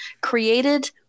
created